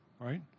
right